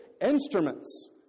instruments